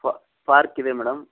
park ಇದೆ madam